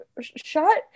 shut